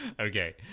Okay